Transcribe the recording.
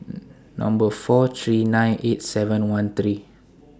Number four three nine eight seven one three